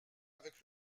avec